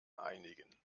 einigen